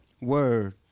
Word